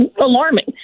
alarming